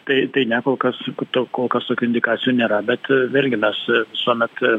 tai tai ne kol kas kol kas tokių indikacijų nėra bet vėlgi mes visuomet